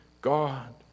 God